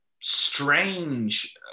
strange